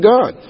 God